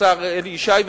השר אלי ישי,